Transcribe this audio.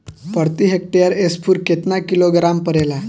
प्रति हेक्टेयर स्फूर केतना किलोग्राम परेला?